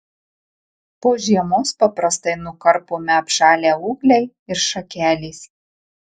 po žiemos paprastai nukarpomi apšalę ūgliai ir šakelės